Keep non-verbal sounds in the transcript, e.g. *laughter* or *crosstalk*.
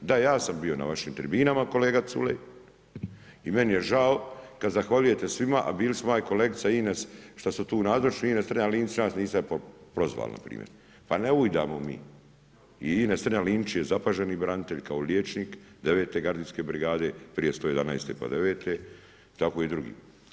Da, ja sam bio na vašim tribinama kolega Culej i meni je žao kad zahvaljujete svima, a bili smo ja i kolegica Ines šta su tu nazočni, Ines Strenja-Linić … *unintelligible* niste prozvali npr.? pa ne ujedamo mi i Ines Strenja-Linić je zapaženi branitelj kao liječnik 9. gardijske brigade, prije 111. pa 9. tako i drugi.